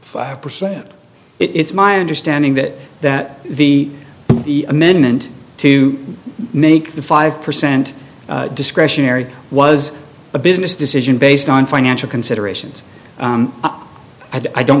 five percent it's my understanding that that the the amendment to make the five percent discretionary was a business decision based on financial considerations i don't